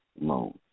loan